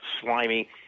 slimy